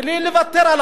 בלי לוותר.